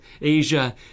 Asia